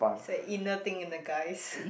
it's a inner thing in the guys